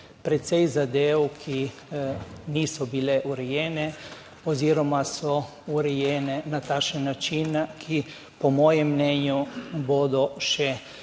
precej zadev, ki niso bile urejene oziroma so urejene na takšen način, ki po mojem mnenju bodo še